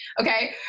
Okay